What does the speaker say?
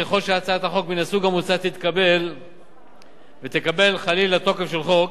וככל שהצעת חוק מן הסוג המוצע תתקבל ותקבל חלילה תוקף של חוק,